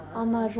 then